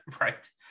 Right